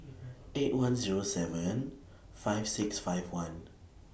eight one Zero seven five six five one